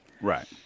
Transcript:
Right